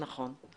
נכון.